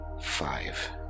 five